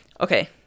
Okay